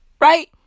Right